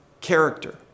character